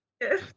Yes